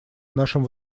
нашим